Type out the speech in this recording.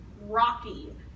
rocky